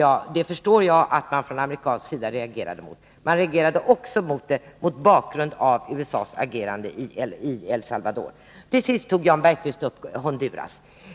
Jag förstår att man från amerikansk sida reagerade mot detta. Man reagerade mot det också mot bakgrund av USA:s agerande i El Salvador. Till sist tog Jan Bergqvist upp Honduras.